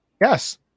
Yes